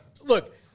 look –